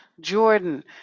Jordan